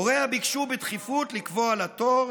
הוריה ביקשו בדחיפות לקבוע לה תור,